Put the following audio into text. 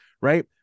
Right